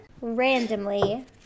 randomly